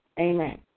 Amen